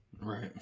Right